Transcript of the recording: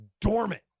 dormant